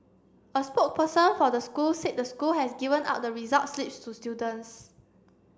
a spokesperson for the school said the school has given out the results slips to students